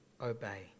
obey